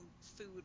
food